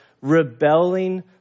rebelling